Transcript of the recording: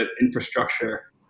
infrastructure